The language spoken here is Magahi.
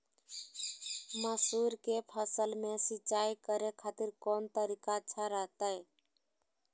मसूर के फसल में सिंचाई करे खातिर कौन तरीका अच्छा रहतय?